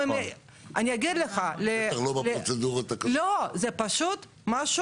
ואני בעולמות שלי שטיפלתי בנושא של מתקני ספורט אומר שהרבה מאוד שהכספים